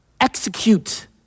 Execute